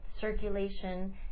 circulation